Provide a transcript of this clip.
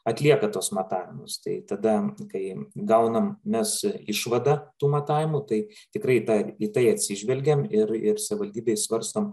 atlieka tuos matavimus tai tada kai gaunam mes išvadą tų matavimų tai tikrai tą į tai atsižvelgiam ir ir savivaldybėj svarstom